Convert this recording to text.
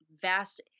vast